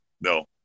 No